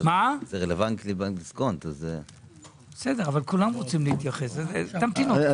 דיסקונט נמצא כאן,